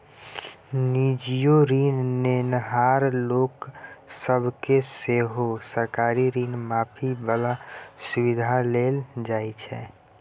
निजीयो ऋण नेनहार लोक सब केँ सेहो सरकारी ऋण माफी बला सुविधा देल जाइ छै